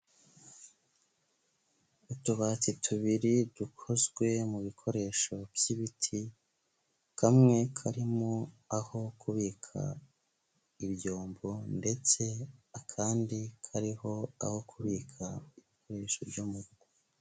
Utubati tubiri dukozwe mu bikoresho by'ibiti, kamwe karimo aho kubika ibyombo ndetse akandi kariho aho kubika ibikoresho byo mu rugo.